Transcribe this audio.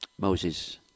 Moses